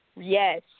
Yes